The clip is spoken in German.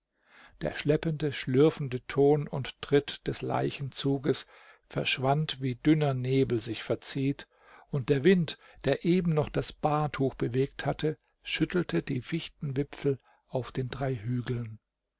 der schleppende schlürfende ton und tritt des leichenzuges verschwand wie dünner nebel sich verzieht und der wind der eben noch das bahrtuch bewegt hatte schüttelte die fichtenwipfel auf den drei hügeln